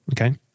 okay